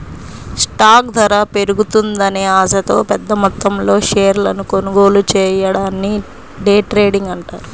stock ధర పెరుగుతుందనే ఆశతో పెద్దమొత్తంలో షేర్లను కొనుగోలు చెయ్యడాన్ని డే ట్రేడింగ్ అంటారు